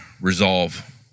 resolve